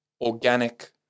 organic